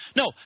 no